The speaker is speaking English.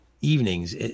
evenings